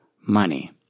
money